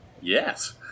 yes